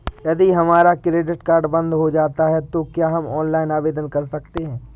यदि हमारा credit card बंद हो जाता है तो क्या हम ऑनलाइन आवेदन कर सकते हैं?